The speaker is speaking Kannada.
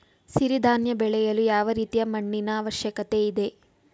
ಸಿರಿ ಧಾನ್ಯ ಬೆಳೆಯಲು ಯಾವ ರೀತಿಯ ಮಣ್ಣಿನ ಅವಶ್ಯಕತೆ ಇದೆ?